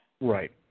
right